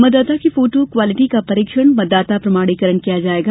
मतदाता की photo quality का परीक्षण मतदाता प्रमाणीकरण किया जायेगा